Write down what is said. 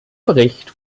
bericht